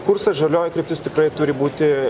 kursas žalioji kryptis tikrai turi būti